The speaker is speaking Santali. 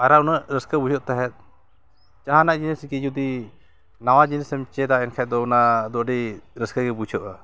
ᱯᱟᱭᱟᱨ ᱩᱱᱟᱹᱜ ᱨᱟᱹᱥᱠᱟᱹ ᱵᱩᱡᱷᱟᱹᱜ ᱛᱟᱦᱮᱸᱜ ᱡᱟᱦᱟᱱᱟᱜ ᱡᱤᱱᱤᱥ ᱜᱤ ᱡᱩᱫᱤ ᱱᱟᱣᱟ ᱡᱤᱱᱤᱥᱮᱢ ᱪᱮᱫᱟ ᱮᱱᱠᱷᱟᱱ ᱫᱚ ᱚᱱᱟᱫᱚ ᱟᱹᱰᱤ ᱨᱟᱹᱥᱠᱟᱹᱜᱮ ᱵᱩᱡᱷᱟᱹᱜᱼᱟ